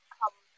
come